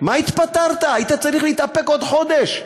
מה התפטרת, היית צריך להתאפק עוד חודש,